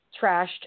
trashed